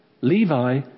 Levi